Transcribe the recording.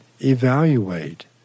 evaluate